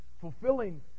fulfilling